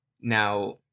Now